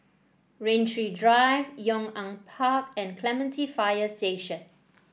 Rain Tree Drive Yong An Park and Clementi Fire Station